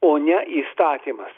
o ne įstatymas